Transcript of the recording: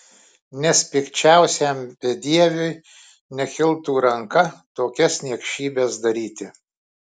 nes pikčiausiam bedieviui nekiltų ranka tokias niekšybes daryti